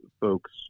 folks